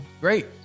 Great